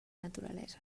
naturalesa